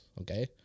Okay